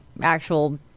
actual